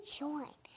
join